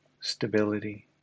stability